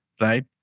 Right